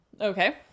Okay